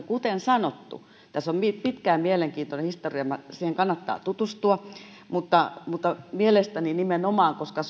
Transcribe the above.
kuten sanottu tässä on pitkä ja mielenkiintoinen historia siihen kannattaa tutustua mutta mutta mielestäni nimenomaan koska